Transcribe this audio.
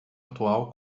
atual